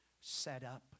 setup